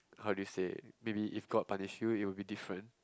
how do you say maybe if god punish you it will be different